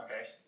Okay